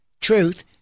truth